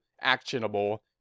actionable